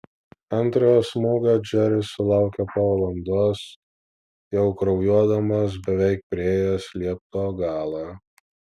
antrojo smūgio džeris sulaukė po valandos jau kraujuodamas beveik priėjęs liepto galą